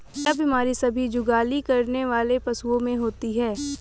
यह बीमारी सभी जुगाली करने वाले पशुओं में होती है